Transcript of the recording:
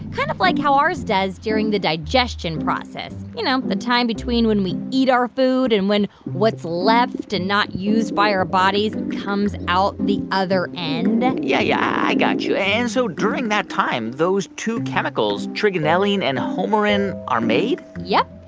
kind of like how ours does during the digestion process you know, the time between when we eat our food and when what's left and not used by our bodies comes out the other end? yeah, yeah, i got you. and so during that time, those two chemicals, trigonelline and homarine, are made? yep.